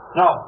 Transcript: no